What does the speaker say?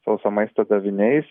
sauso maisto daviniais